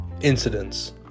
incidents